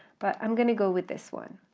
but i'm going to go with this one.